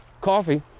coffee